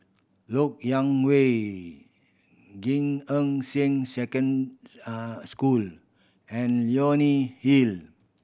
Lok Yang Way Gan Eng Seng Second School and Leonie Hill